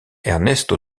ernesto